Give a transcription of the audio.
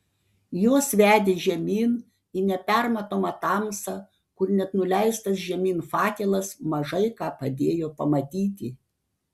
jos vedė žemyn į nepermatomą tamsą kur net nuleistas žemyn fakelas mažai ką padėjo pamatyti